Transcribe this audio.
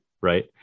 Right